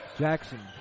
Jackson